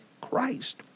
Christ